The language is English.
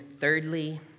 thirdly